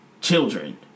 Children